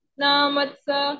namatsa